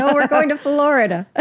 ah we're going to florida.